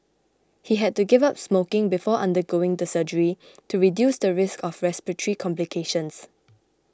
he had to give up smoking before undergoing the surgery to reduce the risk of respiratory complications